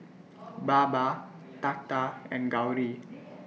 Baba Tata and Gauri